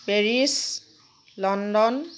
Paris London